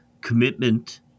commitment